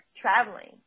traveling